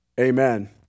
Amen